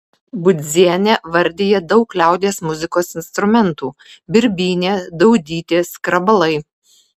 budzienė vardija daug liaudies muzikos instrumentų birbynė daudytė skrabalai